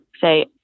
say